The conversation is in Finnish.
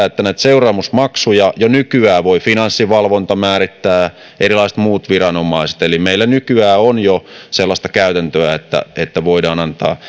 että näitä seuraamusmaksuja jo nykyään voi finanssivalvonta määrittää ja erilaiset muut viranomaiset eli meillä nykyään on jo sellaista käytäntöä että että voidaan antaa